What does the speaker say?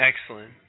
Excellent